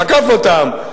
תקף אותם.